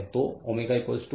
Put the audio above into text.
तो ω ω 1